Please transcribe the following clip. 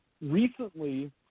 recently